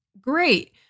Great